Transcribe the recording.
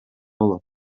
болот